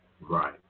Right